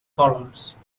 columns